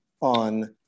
on